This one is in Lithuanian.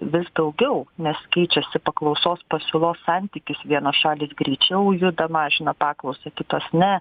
vis daugiau nes keičiasi paklausos pasiūlos santykis vienos šalys greičiau juda mažina paklausą kitos ne